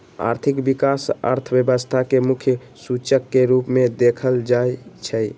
आर्थिक विकास अर्थव्यवस्था के मुख्य सूचक के रूप में देखल जाइ छइ